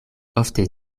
ofte